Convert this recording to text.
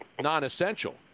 non-essential